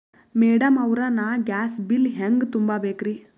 Madam ಅವ್ರ, ನಾ gas bill ಹೆಂಗ ತುಂಬಾ ಬೇಕ್ರಿ?